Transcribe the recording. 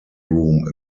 room